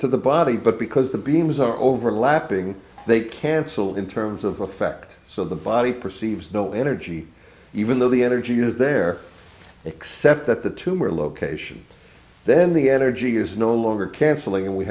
to the body but because the beams are overlapping they cancel in terms of the effect so the body perceives no energy even though the energy is there except that the tumor location then the energy is no longer cancelling and we